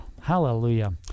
Hallelujah